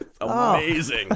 Amazing